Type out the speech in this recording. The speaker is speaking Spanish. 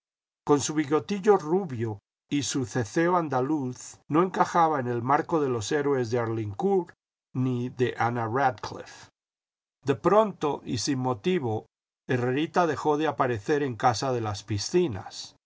con su bigotillo rubio y su ceceo andaluz no encajaba en el marco de los héroes de arlincourt ni de ana radcliff de pronto y sin motivo herrerita dejó de aparecer en casa de las piscinas